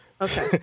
Okay